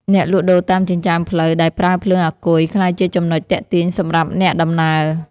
អ្នកលក់ដូរតាមចិញ្ចើមផ្លូវដែលប្រើភ្លើងអាគុយ ក្លាយជាចំណុចទាក់ទាញសម្រាប់អ្នកដំណើរ។